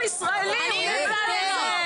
הוא ישראלי שגאה בארצו.